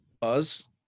Buzz